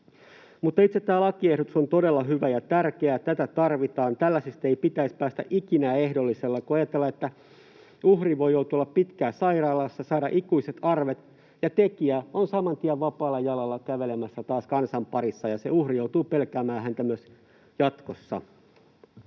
Itse tämä lakiehdotus on todella hyvä ja tärkeä, tätä tarvitaan. Tällaisista ei pitäisi päästä ikinä ehdollisella, kun ajatellaan, että uhri voi joutua olemaan pitkään sairaalassa ja voi saada ikuiset arvet, mutta tekijä on saman tien vapaalla jalalla kävelemässä taas kansan parissa, ja se uhri joutuu pelkäämään häntä myös jatkossa.